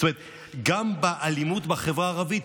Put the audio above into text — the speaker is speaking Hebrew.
גם באלימות בחברה הערבית,